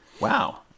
wow